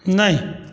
नहि